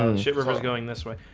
ah shit were was going this way.